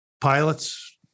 pilots